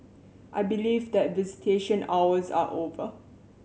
I believe that visitation hours are over